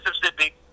Mississippi